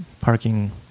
parking